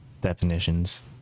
definitions